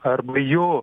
arba jo